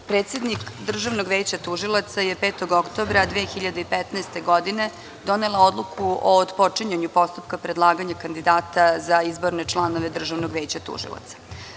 Predsednik Državnog veća tužilaca je 5. oktobra 2015. godine donela odluku o otpočinjanju postupka predlaganja kandidata za izborne članove Državnog veća tužilaca.